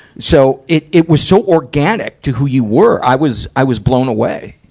so, it, it was so organic to who you were, i was, i was blown away.